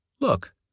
Look